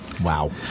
Wow